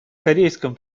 корейском